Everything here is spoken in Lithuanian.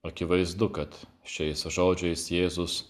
akivaizdu kad šiais žodžiais jėzus